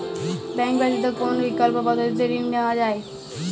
Bank ব্যতিত কোন বিকল্প পদ্ধতিতে ঋণ নেওয়া যায়?